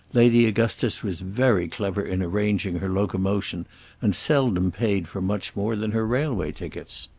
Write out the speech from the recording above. lady augustus was very clever in arranging her locomotion and seldom paid for much more than her railway tickets.